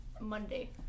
Monday